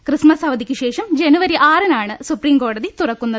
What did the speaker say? Christmas അവധിക്കുശേഷം ജനുവരി ആറിനാണ് സുപ്രീംകോടതി തുറക്കുന്നത്